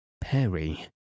Perry